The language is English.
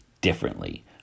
differently